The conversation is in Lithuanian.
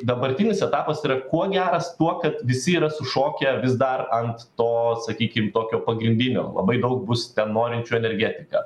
dabartinis etapas yra kuo geras tuo kad visi yra sušokę vis dar ant to sakykim tokio pagrindinio labai daug bus ten norinčio energetika